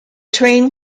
train